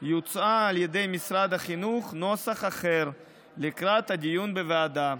הוצע על ידי משרד החינוך נוסח אחר לקראת הדיון בוועדה.